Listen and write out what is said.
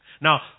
Now